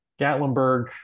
Gatlinburg